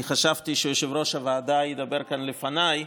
אני חשבתי שיושב-ראש הוועדה ידבר כאן לפניי,